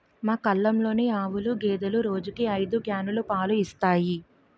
మా కల్లంలోని ఆవులు, గేదెలు రోజుకి ఐదు క్యానులు పాలు ఇస్తాయి